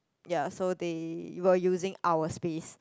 ya so they were using our space